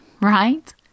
right